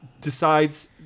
decides